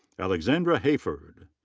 alexandra hayford.